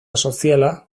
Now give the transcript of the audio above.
soziala